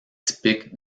typique